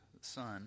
son